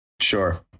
Sure